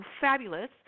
fabulous